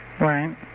right